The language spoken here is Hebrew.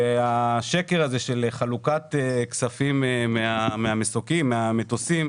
השקר הזה של חלוקת כספים מהמסוקים, מהמטוסים,